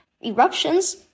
eruptions